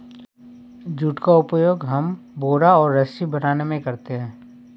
jute का उपयोग हम बोरा और रस्सी बनाने में करते हैं